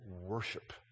worship